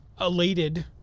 elated